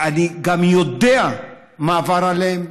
אני גם יודע מה עבר עליהם.